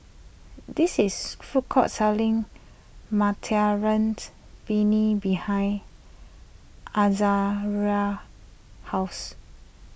this is food court selling materien's Penne behind Azaria's house